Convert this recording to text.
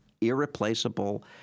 irreplaceable